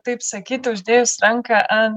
taip sakyti uždėjus ranką ant